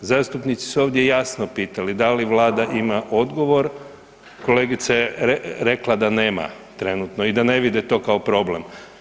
Zastupnici su ovdje jasno pitali, da li Vlada ima odgovor, kolegice je rekla da nema trenutno i da ne vide to kao problem.